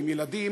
עם ילדים,